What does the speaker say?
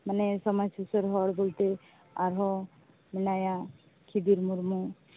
ᱢᱟᱱᱮ ᱥᱚᱢᱟᱡᱽ ᱥᱩᱥᱟᱹᱨ ᱦᱚᱲ ᱵᱚᱞᱛᱮ ᱟᱨᱦᱚᱸ ᱢᱮᱱᱟᱭᱟ ᱠᱷᱤᱫᱤᱨ ᱢᱩᱨᱢᱩ